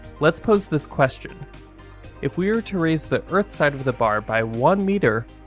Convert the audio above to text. let's pose this question if we were to raise the earth side of the bar by one meter,